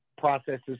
processes